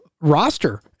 roster